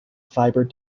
fibre